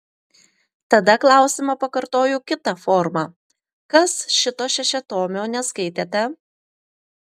tada klausimą pakartoju kita forma kas šito šešiatomio neskaitėte